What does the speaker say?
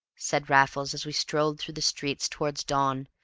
said raffles, as we strolled through the streets towards dawn,